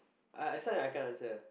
uh this one I cannot answer